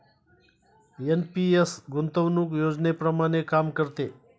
NPS गुंतवणूक योजनेप्रमाणे काम करते